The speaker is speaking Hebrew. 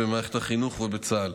במערכת החינוך ובצה"ל.